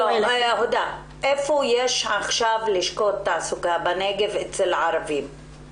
איפה יש עכשיו לשכות תעסוקה בנגב אצל הערבים?